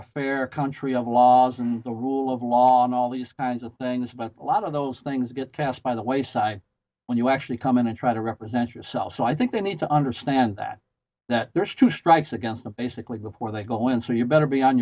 a fair country of laws and the rule of law and all these kinds of things but a lot of those things get passed by the wayside when you actually come in and try to represent yourself so i think they need to understand that that there's two strikes against the basically before they go in so you better be on